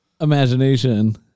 Imagination